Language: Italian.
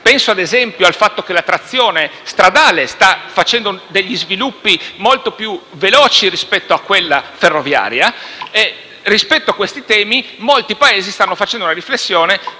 penso ad esempio al fatto che la trazione stradale sta compiendo degli sviluppi molto più veloci rispetto a quella ferroviaria. Rispetto a questi temi, molti Paesi stanno facendo una riflessione